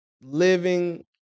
living